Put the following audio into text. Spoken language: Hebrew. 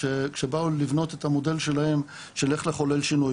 כשבאו לבנות את המודל שלהם של איך לחולל שינוי.